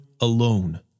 alone